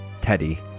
Teddy